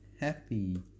happy